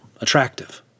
attractive